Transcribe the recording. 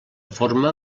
forma